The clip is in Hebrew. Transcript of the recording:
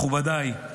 מכובדיי,